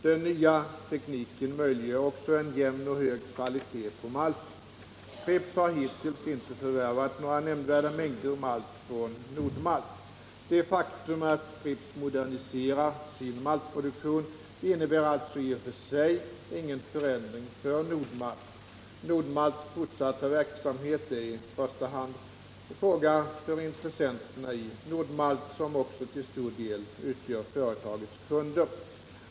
Den nya tekniken möjliggör också en jämn och hög kvalitet på maltet. Pripps har hittills inte förvärvat några nämnvärda mängder malt från Nord-Malt. Det faktum att Pripps moderniserar sin maltproduktion innebär alltså i och för sig ingen förändring för Nord-Malt. Nord-Malts fortsatta verksamhet är i första hand en fråga för intressenterna i Nord-Malt, som också till stor del utgör företagets kunder.